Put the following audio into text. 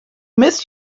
miss